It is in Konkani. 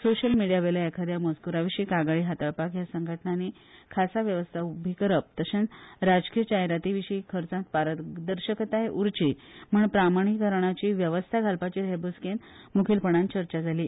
सोशियल मीडीयावेल्या एखाद्या मजकूराविशी कागाळी हाताळपाक ह्या संघटनांनी खासा व्यवस्था उभी करप तशेच राजकीय जाहिराती विशी खर्चात पारदर्शकताय उरची म्हण प्रमाणिकरणाची व्यवस्था घालपाचेर हे बसकेत मुखेलपणान चर्चा जाली